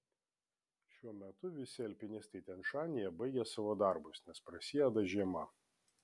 šiuo metu visi alpinistai tian šanyje baigė savo darbus nes prasideda žiema